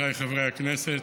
חבריי חברי הכנסת,